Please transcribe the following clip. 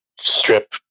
strip